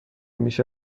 میشه